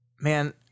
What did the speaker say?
man